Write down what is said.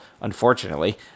unfortunately